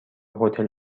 هتل